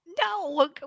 No